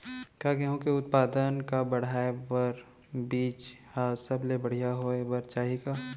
का गेहूँ के उत्पादन का बढ़ाये बर बीज ह सबले बढ़िया होय बर चाही का?